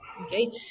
okay